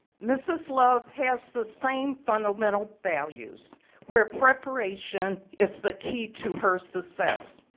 mrs. love has the same fundamental values where preparation is the key to her success.